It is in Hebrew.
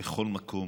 שבכל מקום,